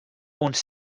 uns